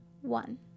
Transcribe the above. one